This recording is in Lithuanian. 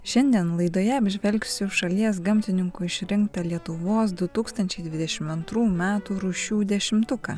šiandien laidoje apžvelgsiu šalies gamtininkų išrinktą lietuvos du tūkstančiai dvidešim antrų metų rūšių dešimtuką